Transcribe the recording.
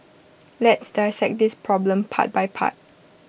let's dissect this problem part by part